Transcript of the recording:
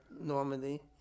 Normandy